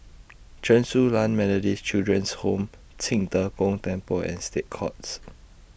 Chen Su Lan Methodist Children's Home Qing De Gong Temple and State Courts